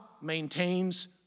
maintains